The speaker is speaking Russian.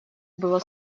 было